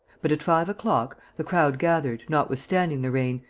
but, at five o'clock, the crowd gathered, notwithstanding the rain,